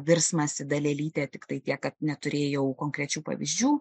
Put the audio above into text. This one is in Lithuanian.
virsmas į dalelytę tiktai tiek kad neturėjau konkrečių pavyzdžių